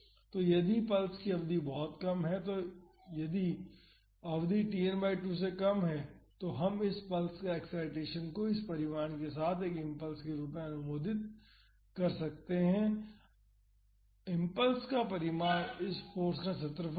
और यदि पल्स की अवधि बहुत कम है यदि अवधि Tn बाई 2 से कम है तो हम इस पल्स एक्साइटेसन को इस परिमाण के साथ एक इम्पल्स के रूप में अनुमानित कर सकते हैं इम्पल्स का परिमाण इस फाॅर्स का क्षेत्रफल होगा